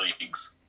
Leagues